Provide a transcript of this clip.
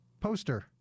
poster